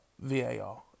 VAR